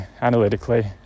analytically